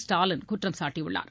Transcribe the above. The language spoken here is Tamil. ஸ்டாலின் குற்றம் சாட்டியுள்ளார்